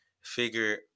figure